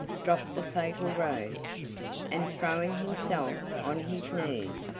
dropped the fatal rose, and, throwing himself on his knees,